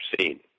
seen